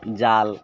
জাল